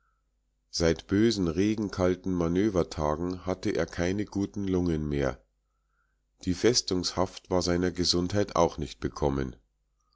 seit bösen regenkalten manövertagen hatte er keine guten lungen mehr die festungshaft war seiner gesundheit auch nicht bekommen